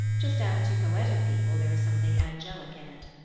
just as to poetic people there is something angelic in it.